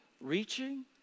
reaching